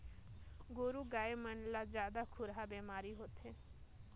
गोरु गाय मन ला जादा खुरहा बेमारी होथे